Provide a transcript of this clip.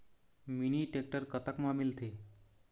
Mini tractor कतक म मिलथे?